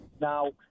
Now